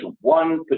one